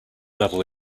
level